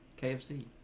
KFC